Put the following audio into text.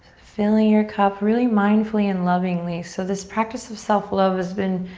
filling your cup really mindfully and lovingly. so this practice of self love has been